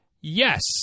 Yes